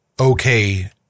okay